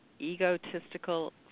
egotistical